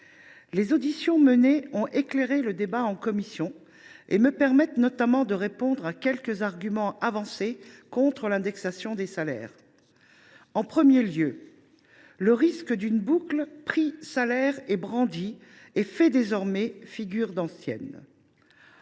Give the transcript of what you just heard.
Les auditions menées ont éclairé le débat en commission et permettent notamment de répondre à quelques arguments avancés contre l’indexation des salaires. Premier risque brandi, la boucle prix salaires fait désormais figure d’antienne.